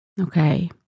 Okay